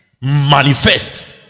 manifest